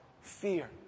fear